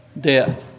death